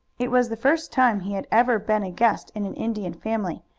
it was the first time he had ever been a guest in an indian family,